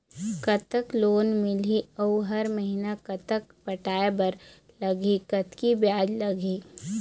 कतक लोन मिलही अऊ हर महीना कतक पटाए बर लगही, कतकी ब्याज लगही?